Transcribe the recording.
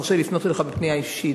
תרשה לי לפנות אליך בפנייה אישית,